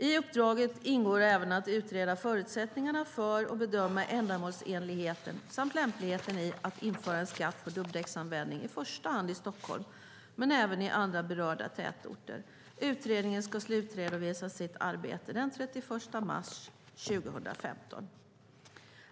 I uppdraget ingår även att utreda förutsättningarna för och bedöma ändamålsenligheten samt lämpligheten i att införa en skatt på dubbdäcksanvändning i första hand i Stockholm men även i andra berörda tätorter. Utredningen ska slutredovisa sitt arbete den 31 mars 2015.